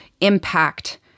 impact